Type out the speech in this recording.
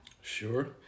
Sure